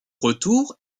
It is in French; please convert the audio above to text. retour